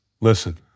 listen